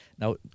Now